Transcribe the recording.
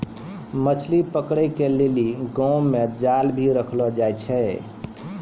मछली पकड़े के लेली गांव मे जाल भी रखलो जाए छै